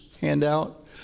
handout